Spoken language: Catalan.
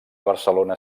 barcelona